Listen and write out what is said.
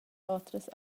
otras